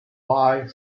fine